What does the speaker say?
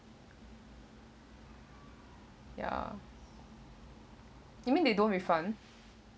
ya you mean they don't refund